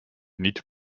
niet